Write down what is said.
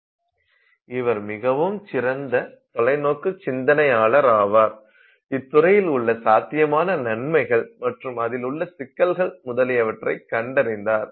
இவர் மிகவும் சிறந்த தொலைநோக்கு சிந்தனையாளர் ஆவார் இத்துறையில் உள்ள சாத்தியமான நன்மைகள் மற்றும் அதில் உள்ள சிக்கல்கள் முதலியவற்றை கண்டறிந்தார்